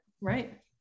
right